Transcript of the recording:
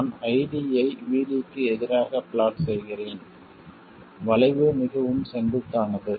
நான் ID யை VDக்கு எதிராகத் பிளாட் செய்கிறேன் வளைவு மிகவும் செங்குத்தானது